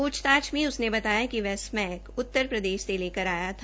छताछ में उसने बताया कि वह स्मैक उत्तर प्रदेश से लेकर आया था